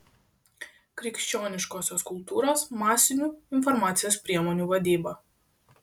krikščioniškosios kultūros masinių informacijos priemonių vadyba